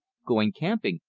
going camping,